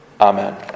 Amen